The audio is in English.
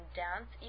dance